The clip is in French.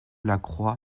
lacroix